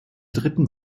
dritten